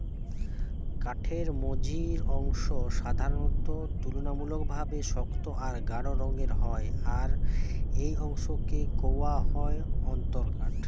কাঠের মঝির অংশ সাধারণত তুলনামূলকভাবে শক্ত আর গাঢ় রঙের হয় আর এই অংশকে কওয়া হয় অন্তরকাঠ